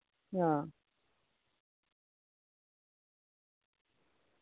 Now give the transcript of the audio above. हां